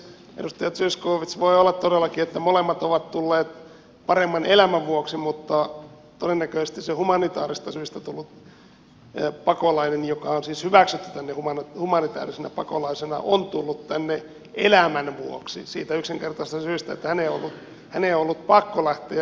edustaja zyskowicz voi olla todellakin että molemmat ovat tulleet paremman elämän vuoksi mutta todennäköisesti se humanitäärisistä syistä tullut pakolainen joka on siis hyväksytty tänne humanitäärisenä pakolaisena on tullut tänne elämän vuoksi siitä yksinkertaisesta syystä että hänen on ollut pakko lähteä